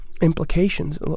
implications